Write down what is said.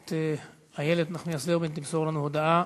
הכנסת איילת נחמיאס ורבין תמסור לנו הודעה